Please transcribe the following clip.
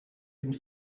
and